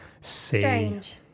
Strange